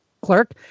clerk